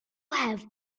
have